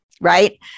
right